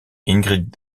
ingrid